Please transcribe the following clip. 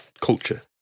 culture